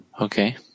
Okay